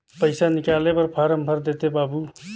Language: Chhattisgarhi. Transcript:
पइसा निकाले बर फारम भर देते बाबु?